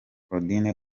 claudine